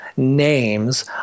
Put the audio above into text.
names